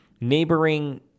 Neighboring